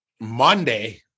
monday